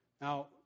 Now